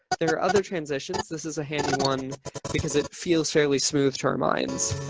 there are other transitions. this is a hand in one because it feels fairly smooth turn mines.